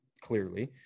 clearly